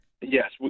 Yes